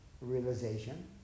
realization